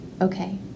okay